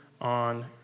on